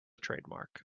trademark